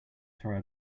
throw